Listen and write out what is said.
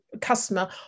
customer